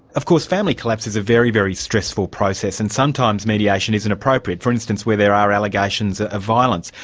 of course family collapse is a very, very stressful process and sometimes mediation isn't appropriate, for instance, where there are allegations ah of violence.